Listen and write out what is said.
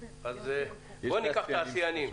נשמע עכשיו כמה תעשיינים.